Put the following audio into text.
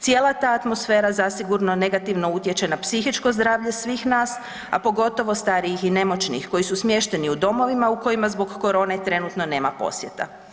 Cijela ta atmosfera zasigurno negativno utječe na psihičko zdravlje svih nas, a pogotovo starijih i nemoćnih koji su smješteni u domovima u kojima zbog korone trenutno nema posjeta.